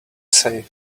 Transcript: say